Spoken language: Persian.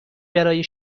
برای